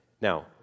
Now